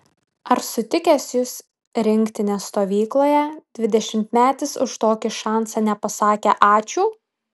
ar sutikęs jus rinktinės stovykloje dvidešimtmetis už tokį šansą nepasakė ačiū